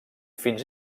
fins